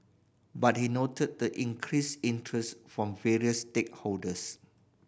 but he noted the increased interest from various stakeholders